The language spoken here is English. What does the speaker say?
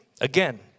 Again